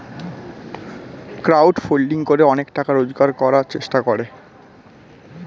crowd funding করে অনেকে টাকা রোজগার করার চেষ্টা করে